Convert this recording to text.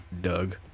doug